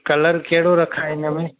colour कहिड़ो रखां इनमें